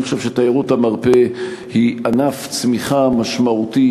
אני חושב שתיירות המרפא היא ענף צמיחה משמעותי,